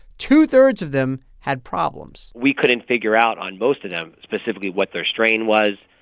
two-thirds of them had problems we couldn't figure out on most of them specifically what their strain was.